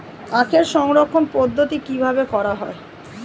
আখের সংরক্ষণ পদ্ধতি কিভাবে করা হয়?